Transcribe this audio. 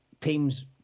teams